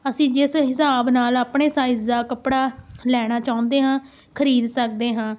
ਅਸੀਂ ਜਿਸ ਹਿਸਾਬ ਨਾਲ ਆਪਣੇ ਸਾਈਜ਼ ਦਾ ਕੱਪੜਾ ਲੈਣਾ ਚਾਹੁੰਦੇ ਹਾਂ ਖ਼ਰੀਦ ਸਕਦੇ ਹਾਂ